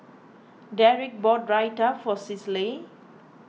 Deric bought Raita for Cicely